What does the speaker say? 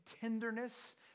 tenderness